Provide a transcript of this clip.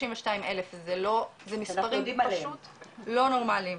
52,000 זה מספרים פשוט לא נורמאליים.